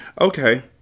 Okay